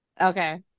Okay